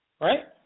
right